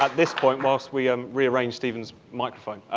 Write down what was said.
ah this point, whilst we and rearrange steven's microphone,